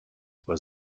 was